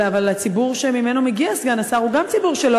אבל הציבור שממנו מגיע סגן השר הוא גם ציבור שלא